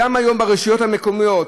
והיום גם ברשויות המקומיות,